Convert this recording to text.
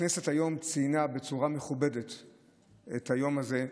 הכנסת היום ציינה בצורה מכובדת את היום הזה,